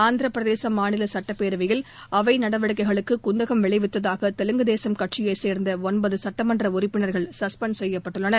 ஆந்திரப்பிரதேச மாநில சட்டப்பேரவையில் அவை நடவடிக்கைகளுக்கு குந்தகம் விளைவித்ததாக தெலுங்குதேசம் கட்சியைச் சேர்ந்த ஒன்பது சட்டமன்ற உறுப்பினர்கள் சஸ்பென்ட் செய்யப்பட்டுள்ளனர்